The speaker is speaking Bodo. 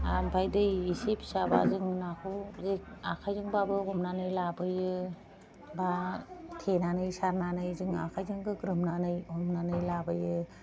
ओमफ्राय दै एसे फिसाब्ला जों नाखौ जों आखायजोंबाबो हमनानै लाबोयो बा थेनानै सारनानै जों आखायजों गोग्रोमनानै हमनानै लाबोयो